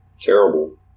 Terrible